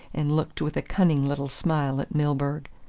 and looked with a cunning little smile at milburgh.